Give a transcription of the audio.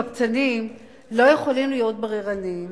קבצנים לא יכולים להיות בררנים,